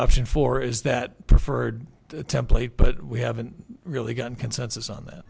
option four is that preferred template but we haven't really gotten consensus on that